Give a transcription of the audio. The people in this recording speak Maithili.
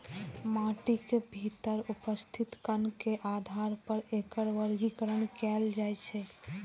माटिक भीतर उपस्थित कण के आधार पर एकर वर्गीकरण कैल जाइ छै